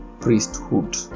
priesthood